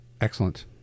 Excellent